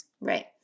Right